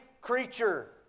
creature